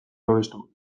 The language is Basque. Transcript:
babestu